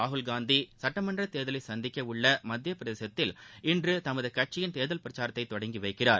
ராகுல்காந்தி சட்டமன்றத் தேர்தலை சந்திக்க உள்ள மத்தியப்பிரதேசத்தில் இன்று தமது கட்சியின் தேர்தல் பிரச்சாரத்தை தொடங்கி வைக்கிறார்